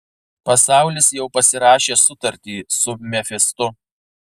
pasaulis jau pasirašė sutartį su mefistu